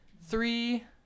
three